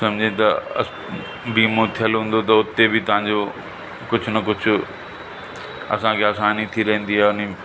समुझ त अस बीमो थियल हूंदो त हुते बि तव्हांजो कुझु न कुझु असांखे आसानी थी रहंदी आहे हुन